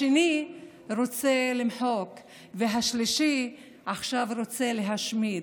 השני רוצה למחוק והשלישי עכשיו רוצה להשמיד,